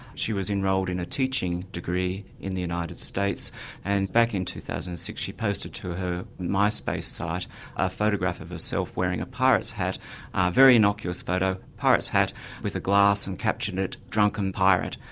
she was enrolled in a teaching degree in the united states and back in two thousand and six she posted to her myspace site a photograph of herself wearing a pirate's hat, ah a very innocuous photo, a pirate's hat with a glass and captioned it drunken pirate.